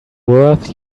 worth